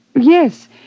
Yes